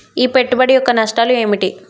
ఈ పెట్టుబడి యొక్క నష్టాలు ఏమిటి?